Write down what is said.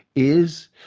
is,